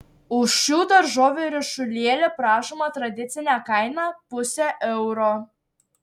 už šių daržovių ryšulėlį prašoma tradicinė kaina pusė euro